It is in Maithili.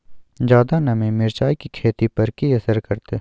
ज्यादा नमी मिर्चाय की खेती पर की असर करते?